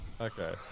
Okay